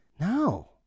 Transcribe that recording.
No